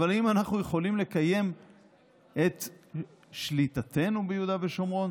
האם אנחנו יכולים לקיים את שליטתנו ביהודה ושומרון